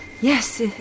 Yes